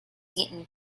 seton